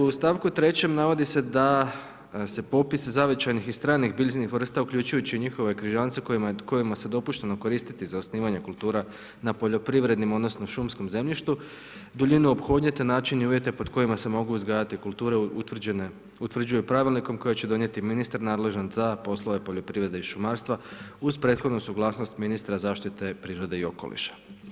U stavku 3. navodi se da se popis zavičajnih i stranih biljnih vrsta uključujući i njihove križance kojima se dopušteno koristiti za osnivanje kultura na poljoprivrednom odnosno šumskom zemljištu, duljine ophodnje te načine i uvjete pod kojima se mogu uzgajati kulture utvrđuju pravilnikom koje će donijeti ministar nadležan za poslove poljoprivrede i šumarstva uz prethodnu suglasnost ministra zaštite prirode i okoliša.